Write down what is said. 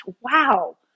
Wow